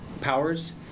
powers